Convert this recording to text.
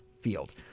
field